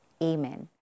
Amen